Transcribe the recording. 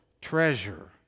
treasure